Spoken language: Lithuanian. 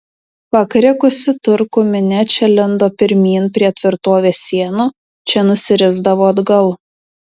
pakrikusi turkų minia čia lindo pirmyn prie tvirtovės sienų čia nusirisdavo atgal